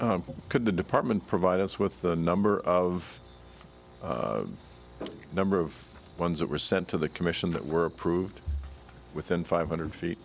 could the department provide us with the number of the number of ones that were sent to the commission that were approved within five hundred feet